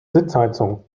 sitzheizung